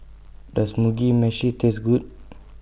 Does Mugi Meshi Taste Good